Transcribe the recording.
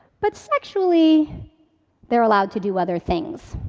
but sexually they're allowed to do other things.